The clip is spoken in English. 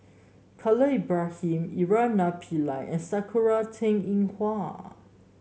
Khalil Ibrahim Naraina Pillai and Sakura Teng Ying Hua